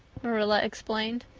marilla explained,